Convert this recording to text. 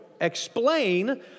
explain